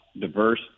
diverse